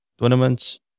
tournaments